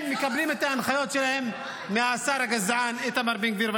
הם מקבלים את ההנחיות שלהם מהשר הגזען איתמר בן גביר.